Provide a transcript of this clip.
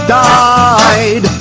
died